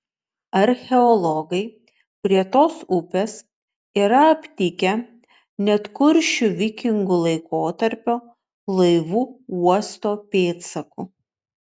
archeologai prie tos upės yra aptikę net kuršių vikingų laikotarpio laivų uosto pėdsakų